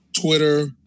Twitter